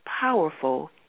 powerful